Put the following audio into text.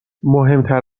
مهمتر